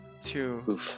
Two